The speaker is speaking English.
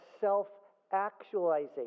self-actualization